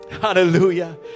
Hallelujah